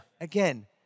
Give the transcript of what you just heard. Again